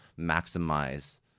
maximize